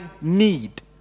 need